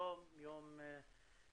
היום יום שלישי,